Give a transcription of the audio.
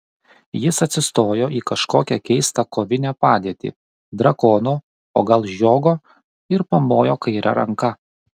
jis atsistojo į kažkokią keistą kovinę padėtį drakono o gal žiogo ir pamojo kaire ranka